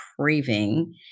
craving